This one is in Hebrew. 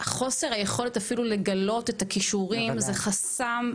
חוסר היכולת אפילו לגלות את הכישורים זה חסם עצום,